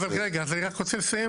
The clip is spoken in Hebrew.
אבל רגע, אז אני רק רוצה לסיים.